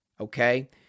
okay